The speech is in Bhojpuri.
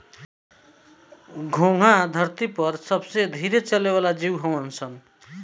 घोंघा धरती पर सबसे धीरे चले वाला जीव हऊन सन